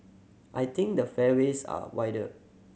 I think the fairways are wider